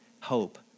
hope